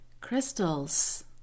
Crystals